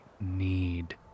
need